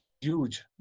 huge